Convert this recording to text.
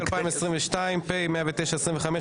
טוב, אנחנו עוברים להצבעה.